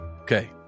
Okay